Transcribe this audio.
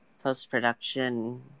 post-production